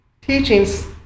teachings